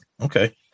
Okay